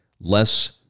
less